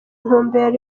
ntumbero